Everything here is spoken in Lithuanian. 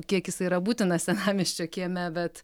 kiek jisai yra būtina senamiesčio kieme bet